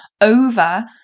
over